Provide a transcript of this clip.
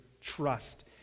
trust